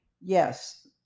Yes